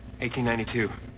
1892